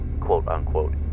quote-unquote